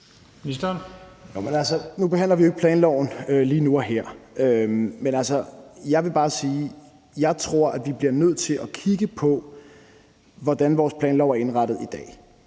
Nu behandler vi jo ikke planloven lige nu og her, men altså, jeg vil bare sige, at jeg tror, at vi bliver nødt til at kigge på, hvordan vores planlov er indrettet i dag.